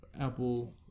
Apple